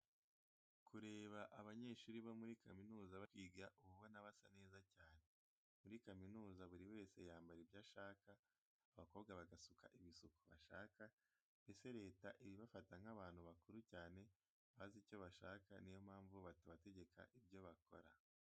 Kureba abanyeshuri bo muri kaminuza bari kwiga uba ubona basa neza cyane. Muri kaminuza buri wese yambara ibyo ashaka, abakobwa bagasuka ibisuko bashaka, mbese leta iba ibafata nk'abantu bakuru cyane bazi icyo bashaka, ni yo mpamvu batabategeka ibyo bakora.